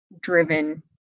driven